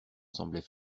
semblait